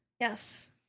Yes